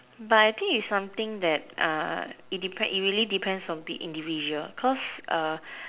but I think it's something that uh it depends it really depends on the individual cause err